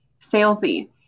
salesy